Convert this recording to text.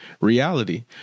Reality